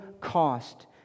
cost